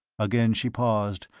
again she paused,